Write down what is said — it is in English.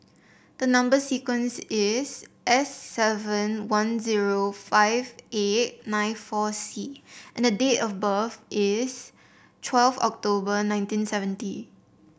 the number sequence is S seven one zero five eight nine four C and the date of birth is twelve October nineteen seventy